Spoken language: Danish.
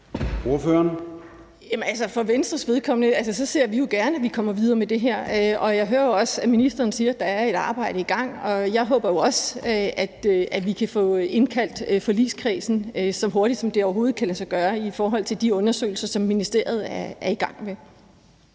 For Venstres vedkommende ser vi jo gerne, at vi kommer videre med det her, og jeg hører jo også, at ministeren siger, at der er et arbejde i gang. Og jeg håber jo også, at vi kan få indkaldt forligskredsen så hurtigt, som det overhovedet kan lade sig gøre, i forhold til de undersøgelser, som ministeriet er i gang med.